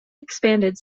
expanded